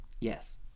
Yes